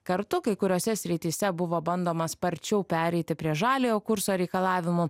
kartu kai kuriose srityse buvo bandoma sparčiau pereiti prie žaliojo kurso reikalavimų